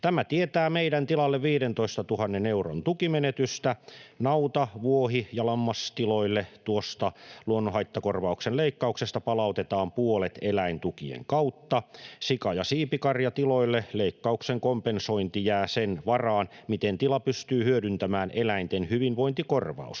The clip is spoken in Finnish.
Tämä tietää meidän tilalle 15 000 euron tukimenetystä. Nauta-, vuohi- ja lammastiloille tuosta luonnonhaittakorvauksen leikkauksesta palautetaan puolet eläintukien kautta, sika- ja siipikarjatiloille leikkauksen kompensointi jää sen varaan, miten tila pystyy hyödyntämään eläinten hyvinvointikorvausta.